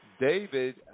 David